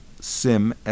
SIM